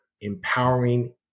empowering